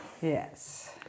Yes